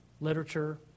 literature